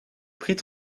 prit